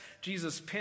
Jesus